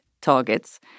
targets